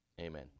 Amen